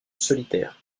solitaire